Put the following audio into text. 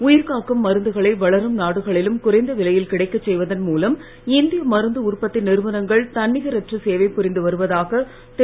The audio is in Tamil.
உயிர்காக்கும் மருந்துகளை வளரும் நாடுகளிலும் குறைந்த விலையில் கிடைக்கச் செய்வதன் மூலம் இந்திய மருந்து உற்பத்தி நிறுவனங்கள் தன்னிகரற்ற சேவை புரிந்து வருவதாக திரு